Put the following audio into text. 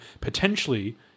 potentially